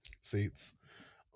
seats